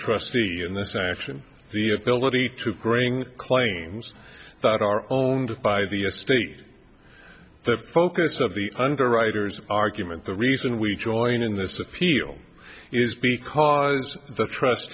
trustee in this action the ability to growing claims that are owned by the state the focus of the underwriters argument the reason we join in this appeal is because the trust